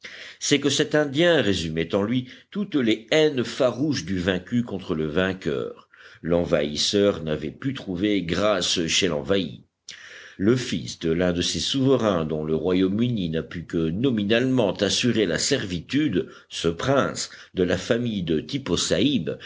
c'est que cet indien résumait en lui toutes les haines farouches du vaincu contre le vainqueur l'envahisseur n'avait pu trouver grâce chez l'envahi le fils de l'un de ces souverains dont le royaume-uni n'a pu que nominalement assurer la servitude ce prince de la famille de